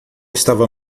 estava